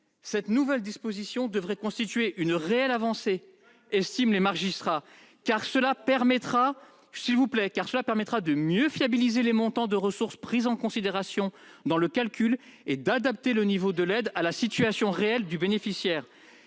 Cette nouvelle disposition « devrait constituer une réelle avancée. Cela permettra de mieux fiabiliser les montants de ressources pris en considération dans le calcul et d'adapter le niveau de l'aide à la situation réelle du bénéficiaire.